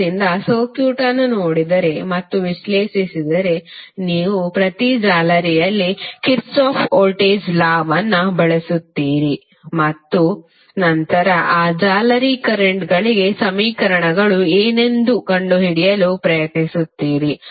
ಆದ್ದರಿಂದ ಸರ್ಕ್ಯೂಟ್ ಅನ್ನು ನೋಡಿದರೆ ಮತ್ತು ವಿಶ್ಲೇಷಿಸಿದರೆ ನೀವು ಪ್ರತಿ ಜಾಲರಿಯಲ್ಲಿ ಕಿರ್ಚಾಫ್ನ ವೋಲ್ಟೇಜ್ ಲಾKirchhoffs voltage lawವನ್ನು ಬಳಸುತ್ತೀರಿ ಮತ್ತು ನಂತರ ಆ ಜಾಲರಿ ಕರೆಂಟ್ಗಳಿಗೆ ಸಮೀಕರಣಗಳು ಏನೆಂದು ಕಂಡುಹಿಡಿಯಲು ಪ್ರಯತ್ನಿಸುತ್ತೀರಿ